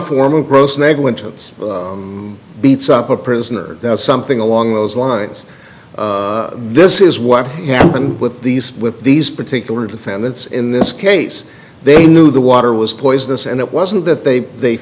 form of gross negligence beats up a prisoner or something along those lines this is what happened with these with these particular defendants in this case they knew the water was poisonous and it wasn't that they they